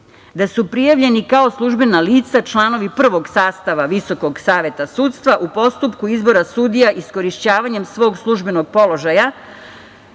da su prijavljeni kao službena lica članovi prvog sastava Visokog saveta sudstva u postupku izbora sudija iskorišćavanjem svog službenog položaja